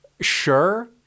sure